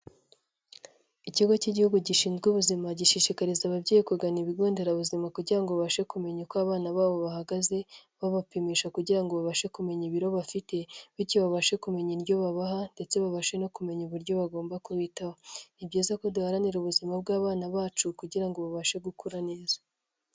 Ikigo cy'igihugu gishinzwe ubuzima gishishikariza ababyeyi kugana ibigo nderabuzima, kugira ngo bashe kumenya uko abana babo bahagaze, babapimisha kugirango babashe kumenya ibiro bafite, bityo babashe kumenya indyo babaha, ndetse babashe no kumenya uburyo bagomba kubitaho. Ni byiza ko duharanira ubuzima bw'abana bacu kugira ngo babashe gukura neza.